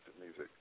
music